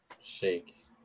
shake